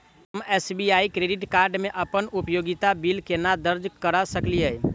हम SBI credit card मे अप्पन उपयोगिता बिल केना दर्ज करऽ सकलिये?